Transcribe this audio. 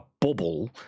bubble